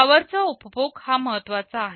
पॉवरचा उपभोग हा महत्त्वाचा आहे